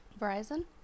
Verizon